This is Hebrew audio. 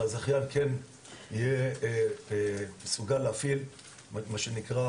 שהזכיין כן יהיה מסוגל להפעיל את מה שנקרא